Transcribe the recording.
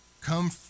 come